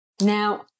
Now